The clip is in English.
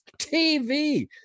TV